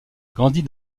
grandit